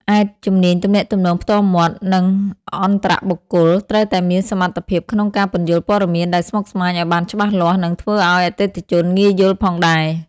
ឯ ជំនាញទំនាក់ទំនងផ្ទាល់មាត់ និងអន្តរបុគ្គល ត្រូវតែមានសមត្ថភាពក្នុងការពន្យល់ព័ត៌មានដែលស្មុគស្មាញឱ្យបានច្បាស់លាស់ និងធ្វើអោយអតិថិជនងាយយល់ផងដែរ។